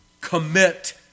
Commit